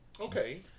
Okay